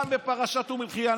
גם בפרשת אום אל-חיראן,